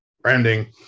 branding